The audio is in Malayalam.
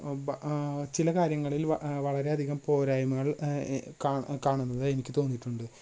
ബ്ബ ചില കാര്യങ്ങളിൽ വളരെ അധികം പോരായ്മകൾ കാണ് കാണുന്നതായി എനിക്ക് തോന്നിട്ടുണ്ട്